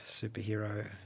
superhero